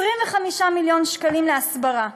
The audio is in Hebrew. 25 מיליון שקלים להסברה.